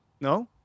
No